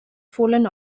fallen